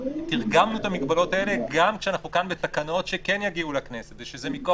תרגמנו את המגבלות האלה גם כשאנחנו כאן בתקנות שכן יגיעו לכנסת ושזה מכוח